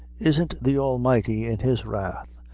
isn't the almighty in his wrath,